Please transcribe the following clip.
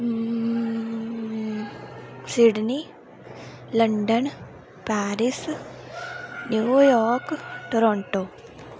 Sydney London Paris New York Toronto